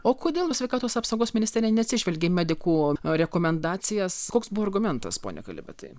o kodėl sveikatos apsaugos ministerija neatsižvelgė į medikų rekomendacijas koks buvo argumentas pone kalibatai